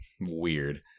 weird